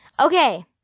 okay